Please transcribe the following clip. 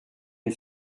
une